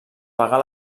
pagar